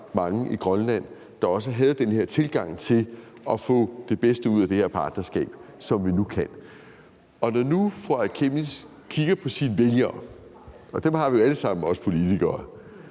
mange i Grønland, der havde den her tilgang til at få det bedste ud af det her partnerskab, som vi nu kan. Når nu fru Aaja Chemnitz kigger på sine vælgere – og dem har vi politikere